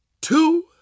two